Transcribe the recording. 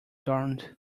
darned